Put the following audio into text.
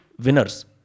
winners